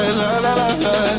la-la-la-la